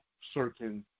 certain